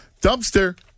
dumpster